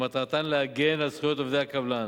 שמטרתן להגן על זכויות עובדי קבלן.